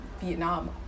Vietnam